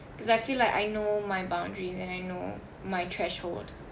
because I feel like I know my boundaries and I know my threshold